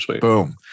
Boom